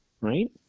right